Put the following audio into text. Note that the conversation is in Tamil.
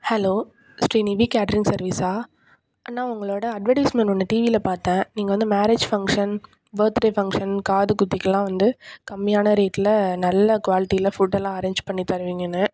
ஹலோ ஸ்ரீ நிவி கேட்ரிங் சர்வீஸா அண்ணா உங்களோடய அட்வர்டைஸ்மெண்ட் ஒன்று டிவியில் பார்த்தேன் நீங்கள் வந்து மேரேஜ் ஃபங்க்ஷன் பர்த்டே ஃபங்க்ஷன் காதுகுத்துக்கிலாம் வந்து கம்மியான ரேட்டில் நல்ல குவாலிட்டியில் ஃபுட்டெல்லாம் அரேஞ்ச் பண்ணி தருவீங்கன்னு